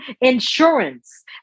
insurance